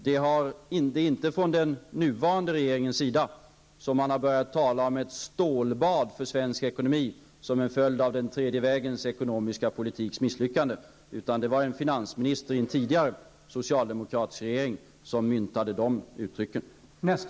Det är inte den nuvarande regeringen som har börjat tala om ett stålbad för svensk ekonomi som en följd av den tredje vägens ekonomiska politiks misslyckande, utan det var en finansminister i en tidigare socialdemokratisk regering som myntade det uttrycket.